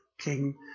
king